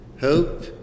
hope